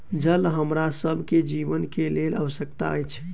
जल हमरा सभ के जीवन के लेल आवश्यक अछि